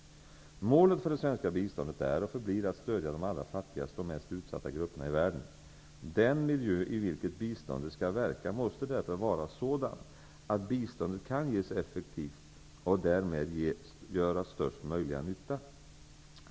Målet för det svenska biståndet är och förblir att stödja de allra fattigaste och mest utsatta grupperna i världen. Den miljö i vilken biståndet skall verka måste därför vara sådan, att biståndet kan ges effektivt sätt och därmed göra mesta möjliga nytta.